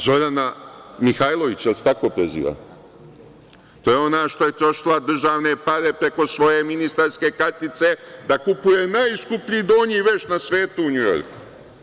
Zorana Mihajlović, jel se tako preziva, to je ona što je trošila državne pare preko svoje ministarke kartice da kupuje najskuplji donji veš na svetu u NJujorku.